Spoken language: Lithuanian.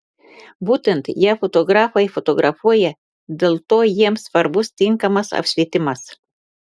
būtent ją fotografai fotografuoja dėl to jiems svarbus tinkamas apšvietimas